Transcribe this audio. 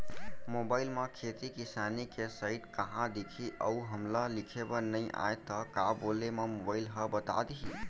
Mobile म खेती किसानी के साइट कहाँ दिखही अऊ हमला लिखेबर नई आय त का बोले म मोबाइल ह बता दिही?